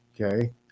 Okay